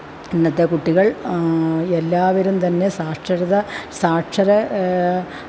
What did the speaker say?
ഇന്നത്തെ കുട്ടികള് എല്ലാവരും തന്നെ സാക്ഷരത സാക്ഷര